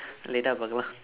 later will go